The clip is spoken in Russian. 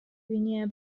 гвинея